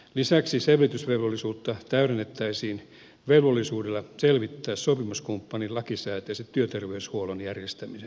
lisäksi selvitysvelvollisuutta täydennettäisiin velvollisuudella selvittää sopimuskumppanin lakisääteisen työterveyshuollon järjestäminen